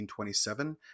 1927